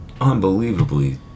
unbelievably